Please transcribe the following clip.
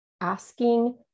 asking